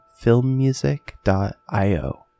filmmusic.io